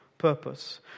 purpose